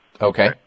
Okay